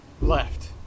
left